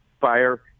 fire